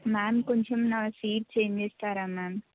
ma'am కొంచెం నా seat change చేస్తారా మ్యామ్